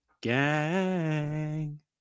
gang